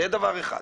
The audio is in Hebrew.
זה דבר אחד.